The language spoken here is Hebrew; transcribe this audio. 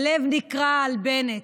הלב נקרע על בנט.